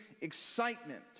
excitement